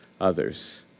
others